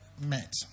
met